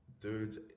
dudes